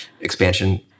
expansion